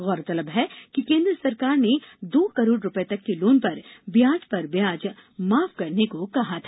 गौरतलब है कि केंद्र सरकार ने दो करोड़ रुपये तक के लोन पर ब्याज पर ब्याज माफ करने को कहा था